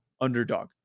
Underdog